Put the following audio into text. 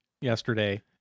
yesterday